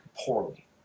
poorly